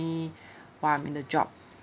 while I'm in the job